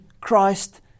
Christ